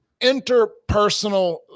interpersonal